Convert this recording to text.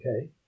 Okay